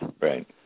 Right